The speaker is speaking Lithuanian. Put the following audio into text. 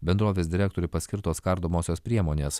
bendrovės direktoriui paskirtos kardomosios priemonės